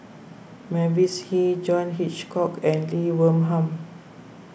Mavis Hee John Hitchcock and Lee Wee Nam